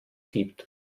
gibt